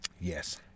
Yes